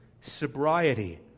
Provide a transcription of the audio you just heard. Sobriety